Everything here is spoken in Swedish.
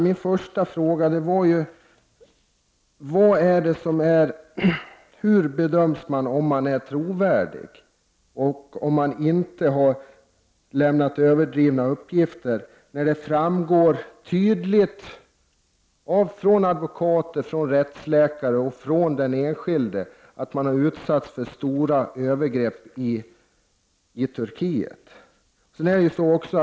Min första fråga gällde hur den som är trovärdig och inte har lämnat överdrivna uppgifter bedöms, när det tydligt framgår av uppgifter från advokater, rättsläkare och den enskilde att han har utsatts för stora övergrepp i Turkiet.